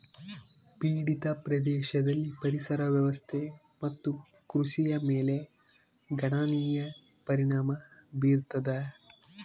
ಪೀಡಿತ ಪ್ರದೇಶದಲ್ಲಿ ಪರಿಸರ ವ್ಯವಸ್ಥೆ ಮತ್ತು ಕೃಷಿಯ ಮೇಲೆ ಗಣನೀಯ ಪರಿಣಾಮ ಬೀರತದ